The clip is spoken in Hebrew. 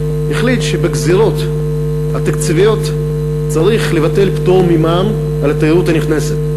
החליט שבגזירות התקציביות צריך לבטל את הפטור ממע"מ על התיירות הנכנסת,